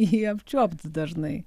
jį apčiuopt dažnai